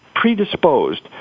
predisposed